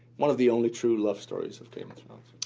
one of the only true love stories of game of thrones.